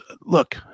look